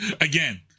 again